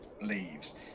leaves